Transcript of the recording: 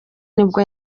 nibwo